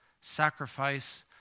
sacrifice